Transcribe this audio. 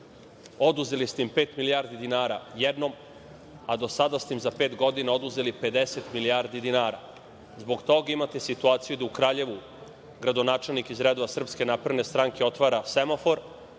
Oduzeli ste im pet milijardi dinara jednom, a do sada ste im za pet godina oduzeli 50 milijardi dinara. Zbog toga imate situaciju da u Kraljevu gradonačelnik iz redova SNS otvara semafor,